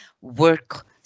work